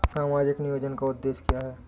सामाजिक नियोजन का उद्देश्य क्या है?